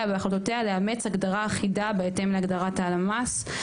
ובהחלטותיה לאמץ הגדרה אחידה בהתאם להגדרת הלשכה המרכזית לסטטיסטיקה,